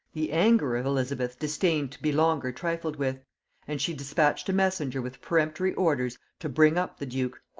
the anger of elizabeth disdained to be longer trifled with and she dispatched a messenger with peremptory orders to bring up the duke,